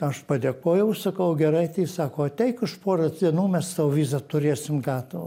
aš padėkojau sakau gerai tai sako ateik už poros dienų mes tau vizą turėsim gatavą